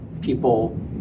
people